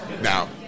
Now